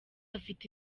afite